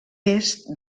est